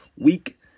Week